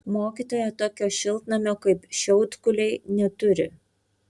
mokytoja tokio šiltnamio kaip šiaudkuliai neturi